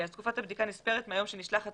תקופת הבדיקה נספרת מהיום בו נשלח התצהיר.